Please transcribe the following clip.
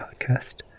Podcast